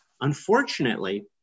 unfortunately